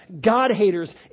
God-haters